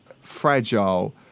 fragile